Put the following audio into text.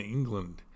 England